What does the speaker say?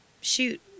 shoot